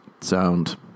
Sound